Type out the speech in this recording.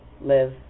live